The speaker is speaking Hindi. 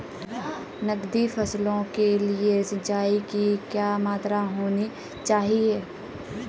नकदी फसलों के लिए सिंचाई की क्या मात्रा होनी चाहिए?